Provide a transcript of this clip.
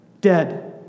Dead